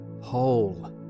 whole